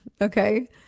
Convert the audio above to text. okay